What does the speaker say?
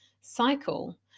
cycle